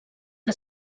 que